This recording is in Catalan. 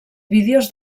vídeos